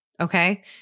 Okay